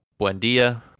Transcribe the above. Buendia